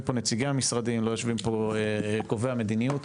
פה נציגי המשרדים לא יושבים פה קובעי המדיניות,